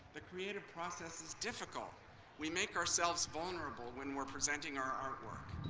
the creative process is difficult we make ourselves vulnerable when we're presenting our artwork.